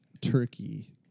turkey